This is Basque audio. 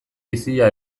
bizia